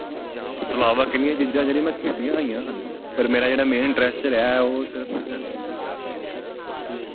badminton ਤੋਂ ਇਲਾਵਾ ਕਿੰਨੀਆਂ ਚੀਜ਼ਾਂ ਜਿਹੜੀਆਂ ਮੈਂ ਖੇਡੀਆਂ ਹੋਈਆਂ ਹਨ ਪਰ ਮੇਰਾ ਜਿਹੜਾ ਮੇਨ ਇੰਟਰਸਟ ਰਿਹਾ ਉਹ ਸਿਰਫ ਕ੍ਰਿਕਟ ਵਿੱਚ ਹੀ ਰਿਹਾ ਇਸ ਕਰਕੇ